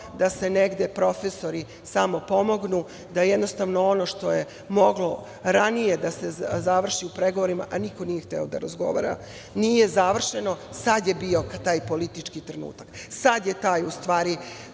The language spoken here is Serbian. da se negde profesori samo pomognu, da jednostavno ono što je moglo ranije da se završi u pregovorima, a niko nije htev da razgovora, nije završeno, sad je bio taj politički trenutak. Sad je taj u stvari